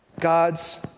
God's